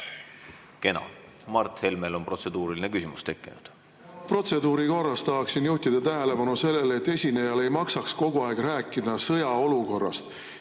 Kena. Mart Helmel on protseduuriline küsimus tekkinud.